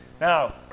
Now